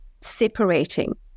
separating